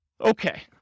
Okay